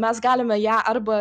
mes galime ją arba